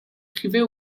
privées